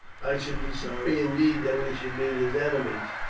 i should be sorry indeed that we should meet as enemies.